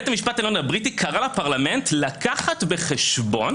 הוא קרא לפרלמנט לקחת בחשבון